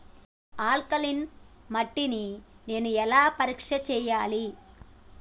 Alkaline మట్టి ని నేను ఎలా పరీక్ష చేయాలి?